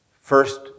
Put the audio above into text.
first